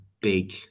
big